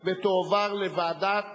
התשע"ב 2011, לדיון מוקדם בוועדת